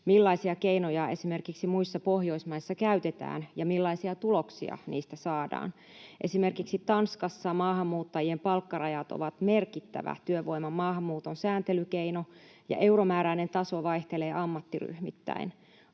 millaisia keinoja esimerkiksi muissa Pohjoismaissa käytetään ja millaisia tuloksia niistä saadaan. Esimerkiksi Tanskassa maahanmuuttajien palkkarajat ovat merkittävä työvoiman maahanmuuton sääntelykeino ja euromääräinen taso vaihtelee ammattiryhmittäin.